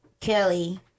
kelly